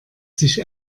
sich